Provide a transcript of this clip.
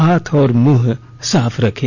हाथ और मुंह साफ रखें